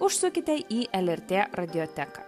užsukite į lrt radioteką